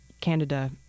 Canada